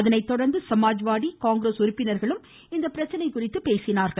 அதனைத்தொடர்ந்து சமாஜ்வாதி காங்கிரஸ் உறுப்பினர்களும் இப்பிரச்சினை குறித்து பேசினார்கள்